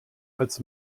als